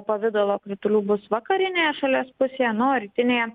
pavidalo kritulių bus vakarinėje šalies pusėje na o rytinėje